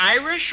Irish